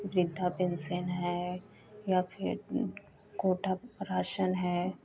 वृद्धा पेन्शन है या फिर कोटा का राशन है